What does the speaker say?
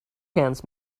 hands